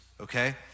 okay